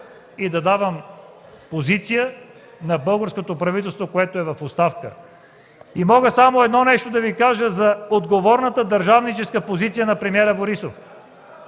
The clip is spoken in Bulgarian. и да давам позицията на българското правителство, което е в оставка. Мога да ви кажа само едно нещо за отговорната държавническа позиция на премиера Борисов.